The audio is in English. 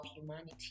humanity